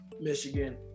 Michigan